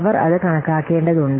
അവർ അത് കണക്കാക്കേണ്ടതുണ്ട്